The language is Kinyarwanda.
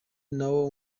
nawo